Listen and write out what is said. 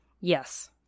Yes